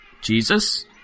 Jesus